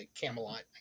Camelot